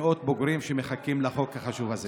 על מנת באמת לתת פתרונות למאות בוגרים שמחכים לחוק החשוב הזה.